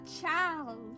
child